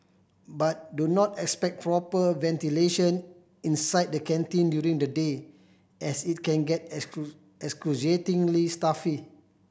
but do not expect proper ventilation inside the canteen during the day as it can get excruciatingly stuffy